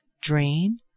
Drain